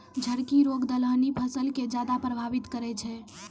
झड़की रोग दलहनी फसल के ज्यादा प्रभावित करै छै